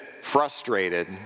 frustrated